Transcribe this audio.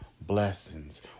blessings